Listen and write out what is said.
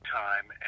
time